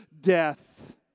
death